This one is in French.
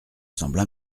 semblent